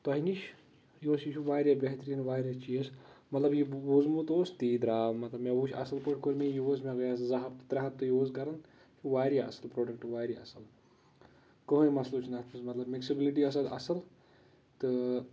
تۄہِہ نِش یہِ اوس یہِ چھِ واریاہ بہتریٖن واریاہ چیٖز مطلب یہِ بوٗزمُت اوس تی درٛاو مطلب مےٚ وُچھ اَصٕل پٲٹھۍ کوٚر مےٚ یوٗز مےٚ گٔیے اَتھ زٕ ہَفتہٕ ترٛےٚ ہَفتہٕ یوٗز کَران واریاہ اَصٕل پرٛوٚڈَکٹ واریاہ اَصٕل کٕہٲنۍ مسلہٕ چھُنہٕ اَتھ منٛز مطلب مِکسِبلٹی ٲس اَتھ اَصٕل تہٕ